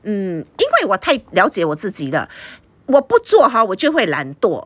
mm 因为我太了解我自己了我不做我就会懒惰